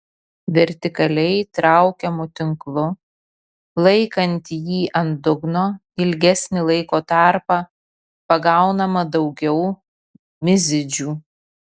vertikaliai traukiamu tinklu laikant jį ant dugno ilgesnį laiko tarpą pagaunama daugiau mizidžių